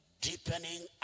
deepening